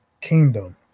Kingdom